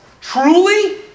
Truly